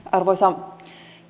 arvoisa